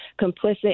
complicit